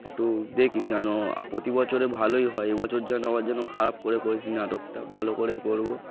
একটু দেখিস যেন প্রতি বছরে ভালোই হয় এইছর যেন আবার যেন খারাপ করে করিস না নাটকটা ভালো করেই করবো